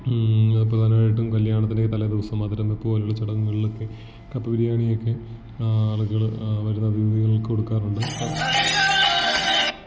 പ്രധാനമായിട്ടും കല്ല്യാണത്തിൻ്റെയൊക്കെ തലേദിവസം മധുരം വെപ്പുപോലുള്ള ചടങ്ങുകളിലൊക്കെ കപ്പ ബിരിയാണിയൊക്കെ ആളുകൾ വരുന്ന അതിഥികൾക്ക് കൊടുക്കാറുണ്ട്